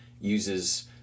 uses